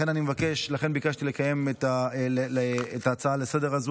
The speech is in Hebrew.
לכן ביקשתי לקיים את ההצעה הזאת לסדר,